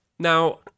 Now